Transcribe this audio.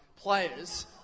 players